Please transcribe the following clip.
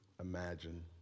imagine